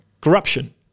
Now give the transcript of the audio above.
corruption